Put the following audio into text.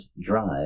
Drive